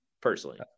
personally